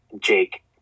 Jake